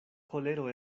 kolero